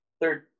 third